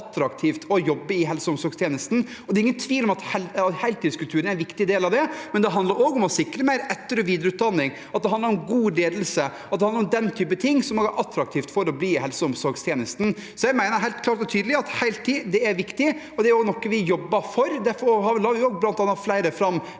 å jobbe i helse- og omsorgstjenesten. Det er ingen tvil om at heltidskulturen er en viktig del av det. Det handler også om å sikre mer etter- og videreutdanning, det handler om god ledelse, og det handler om den typen ting som gjør det attraktivt å bli i helse- og omsorgstjenesten. Jeg mener helt klart og tydelig at heltid er viktig, og det er noe vi jobber for. Derfor la vi bl.a. fram